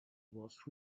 was